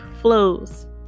flows